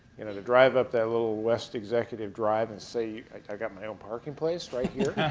you know, drive up that little west executive drive and say, i got my own parking place right here?